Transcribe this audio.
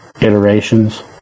iterations